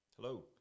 Hello